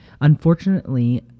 Unfortunately